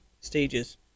Stages